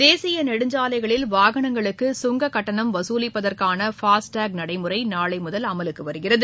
தேசிய நெடுஞ்சாலைகளில் வாகனங்களுக்கு கங்கக் கட்டணம் வசூலிப்பதற்கான ஃபாஸ்டாக் நடைமுறை நாளை முதல் அமலுக்கு வருகிறது